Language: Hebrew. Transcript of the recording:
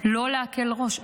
לא להקל ראש.